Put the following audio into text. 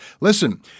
Listen